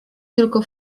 tylko